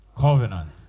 Covenant